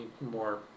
more